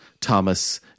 Thomas